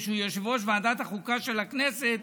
שהוא יושב-ראש ועדת החוקה של הכנסת,